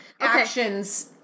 actions